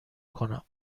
کنم